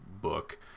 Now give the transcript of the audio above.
book